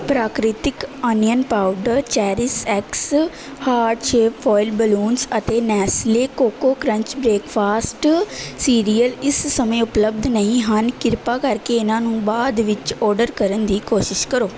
ਪ੍ਰਕ੍ਰਿਤੀਕ onion powder cherish X heart shape foil balloons ਅਤੇ Nestle cocoa crunch breakfast cereal ਇਸ ਸਮੇਂ ਉਪਲੱਬਧ ਨਹੀਂ ਹਨ ਕ੍ਰਿਪਾ ਕਰਕੇ ਇਹਨਾਂ ਨੂੰ ਬਾਅਦ ਵਿੱਚ ਆਰਡਰ ਕਰਨ ਦੀ ਕੋਸ਼ਿਸ਼ ਕਰੋ